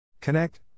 Connect